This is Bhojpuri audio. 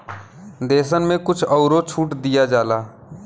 देसन मे कुछ अउरो छूट दिया जाला